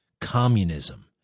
communism